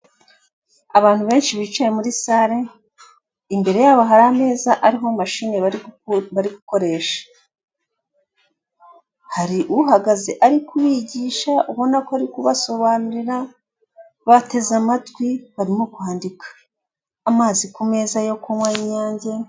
Abantu benshi bicaye muri sare, imbere yabo hari ameza ariho mashini bari gukoresha. Hari uhagaze ari kubigisha, ubona ko ari kubasobanurira, bateze amatwi, barimo kwandika. Amazi ku meza yo kunywa y'Inyange